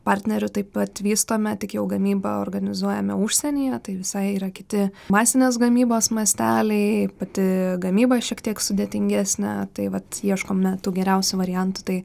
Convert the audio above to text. partneriu taip pat vystome tik jau gamybą organizuojame užsienyje tai visai yra kiti masinės gamybos masteliai pati gamyba šiek tiek sudėtingesnė tai vat ieškome tų geriausių variantų tai